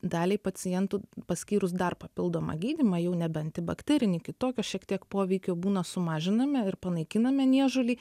daliai pacientų paskyrus dar papildomą gydymą jau nebe antibakterinį kitokio šiek tiek poveikio būna sumažiname ir panaikiname niežulį